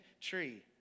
tree